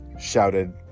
shouted